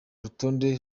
rutonde